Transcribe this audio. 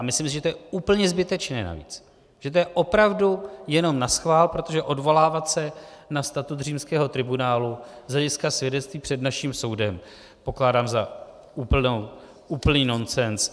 A myslím, že je to navíc úplně zbytečné, že to je opravdu jenom naschvál, protože odvolávat se na statut římského tribunálu z hlediska svědectví před naším soudem pokládám za úplný nonsens.